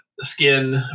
skin